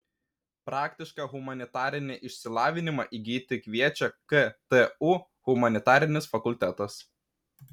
praktišką humanitarinį išsilavinimą įgyti kviečia ktu humanitarinis fakultetas